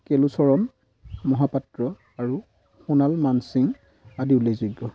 কেলুচৰণ মহাপাত্ৰ আৰু সোণাল মানসিং আদি উল্লেখযোগ্য